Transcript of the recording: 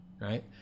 right